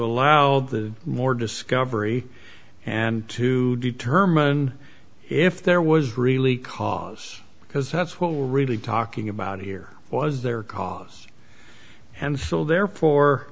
allow the more discovery and to determine if there was really cause because that's what we're really talking about here was their cause and phil therefore